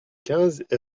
quinze